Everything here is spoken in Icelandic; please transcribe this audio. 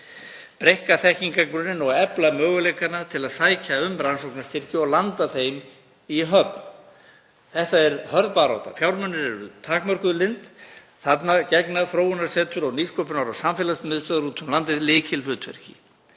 breikka þekkingargrunninn og efla möguleikana til að sækja um rannsóknarstyrki og landa þeim í höfn. Þetta er hörð barátta. Fjármunir eru takmörkuð auðlind. Þarna gegna þróunarsetur og nýsköpunar- og samfélagsmiðstöðvar úti um landið lykilhlutverki,